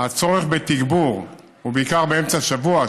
הצורך בתגבור גדול,